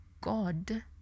God